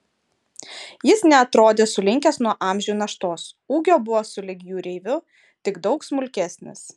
jis neatrodė sulinkęs nuo amžių naštos ūgio buvo sulig jūreiviu tik daug smulkesnis